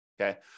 okay